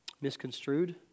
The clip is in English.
misconstrued